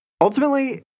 Ultimately